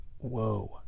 Whoa